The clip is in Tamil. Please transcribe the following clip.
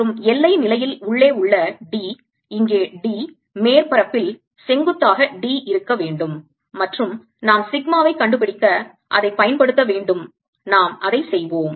மற்றும் எல்லை நிலையில் உள்ளே உள்ள D இங்கே D மேற்பரப்பில் செங்குத்தாக D இருக்க வேண்டும் மற்றும் நாம் சிக்மாவை கண்டுபிடிக்க அதை பயன்படுத்த வேண்டும் நாம் அதை செய்வோம்